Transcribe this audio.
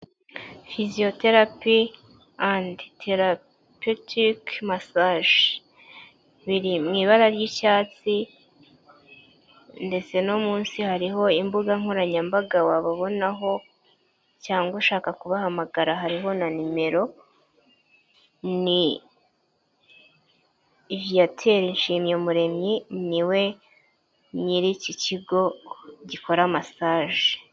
Fiziyoterapi and terapetike masaje biri mu ibara ry'icyatsi ndetse no munsi hariho imbuga nkoranyambaga wababonaho cyangwa ushaka kubahamagara hariho na nimero, ni Viateur Nshimyumuremyi niwe nyiri iki kigo gikora masaje.